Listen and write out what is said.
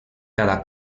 cada